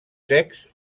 secs